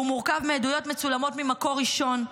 והוא מורכב מעדויות מצולמות ממקור ראשון,